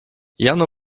jano